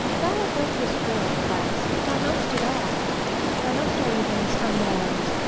thou art of this world, christ. thou know'st it all thou know'st our evens, our morns,